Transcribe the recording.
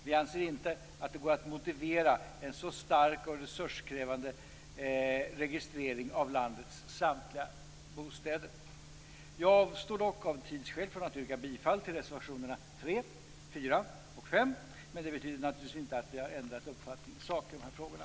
Vi anser inte att det går att motivera en så stark och resurskrävande registrering av landets samtliga bostäder. Jag avstår dock av tidsskäl från att yrka bifall till reservationerna 3, 4 och 5. Men det betyder naturligtvis inte att vi har ändrat uppfattning i sak i de frågorna.